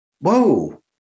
whoa